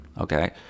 Okay